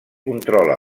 controla